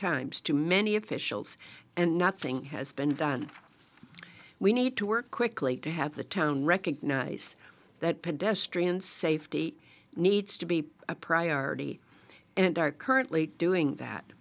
times too many officials and nothing has been done we need to work quickly to have the town recognize that pedestrian safety needs to be a priority and are currently doing that